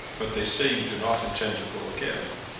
but they say you do not intend to go again.